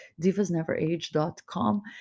DivasNeverAge.com